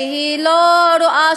שהיא לא רואה,